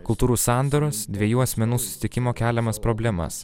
kultūrų sandūros dviejų asmenų susitikimo keliamas problemas